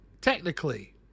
technically